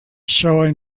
showing